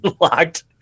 locked